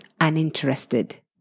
uninterested